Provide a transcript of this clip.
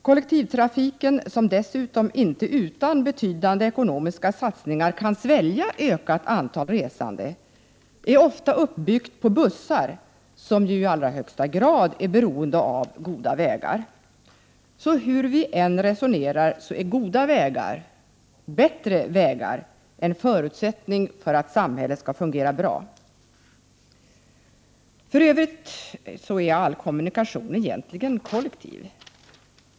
Kollektivtrafiken, som dessutom inte utan betydande ekonomiska sats ningar kan svälja ett ökat antal resande, är ofta uppbyggd med hjälp av Prot. 1988/89:107 bussar, vilka ju i allra högsta grad är beroende av goda vägar. Hur vi än 2 maj 1989 resonerar är goda vägar, bättre vägar, en förutsättning för att samhället skall fungera bra. All kommunikation är egentligen kollektiv.